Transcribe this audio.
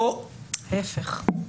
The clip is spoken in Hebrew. ההיפך.